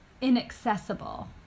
inaccessible